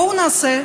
בואו נעשה,